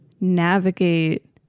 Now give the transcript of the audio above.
navigate